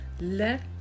Let